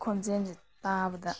ꯈꯣꯟꯖꯦꯟꯁꯦ ꯇꯥꯕꯗ